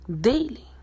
daily